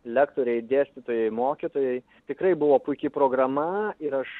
lektoriai dėstytojai mokytojai tikrai buvo puiki programa ir aš